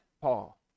Paul